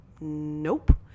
nope